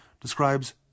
describes